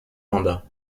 mandat